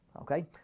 okay